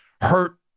hurt